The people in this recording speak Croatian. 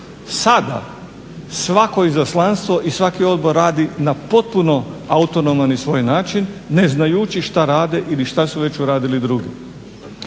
Sada svako izaslanstvo i svaki odbor radi na potpuno autonoman i svoj način ne znajući što rade ili što su već uradili drugi.